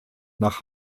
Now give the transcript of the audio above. nach